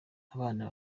abana